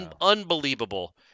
unbelievable